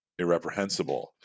irreprehensible